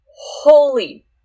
holy